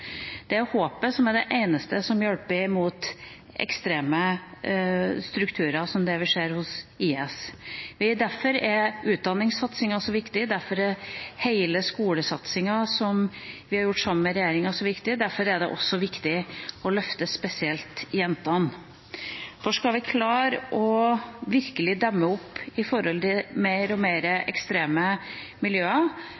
å dyrke håpet. Håpet er det eneste som hjelper mot ekstreme strukturer, som dem vi ser hos IS. Derfor er utdanningssatsingen så viktig. Derfor er hele den skolesatsingen som vi har gjort sammen med regjeringa, så viktig. Derfor er det også spesielt viktig å løfte jentene. For skal vi virkelig klare å demme opp for mer og